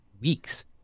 weeks